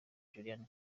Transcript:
juliana